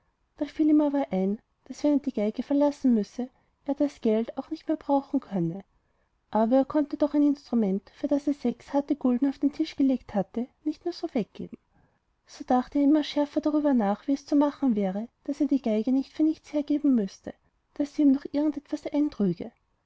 da fiel ihm aber ein daß wenn er die geige verlassen müsse er das geld auch nicht mehr brauchen könne aber er konnte doch ein instrument für das er sechs harte gulden auf den tisch gelegt hatte nicht nur so weggeben so dachte er immer schärfer darüber nach wie es zu machen wäre daß er die geige nicht so für nichts hergeben müßte daß sie ihm doch irgend etwas eintrüge